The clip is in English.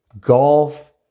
golf